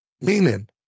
Meaning